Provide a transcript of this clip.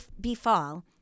befall